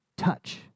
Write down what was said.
Touch